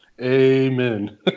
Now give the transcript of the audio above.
Amen